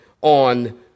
on